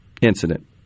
incident